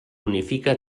unifica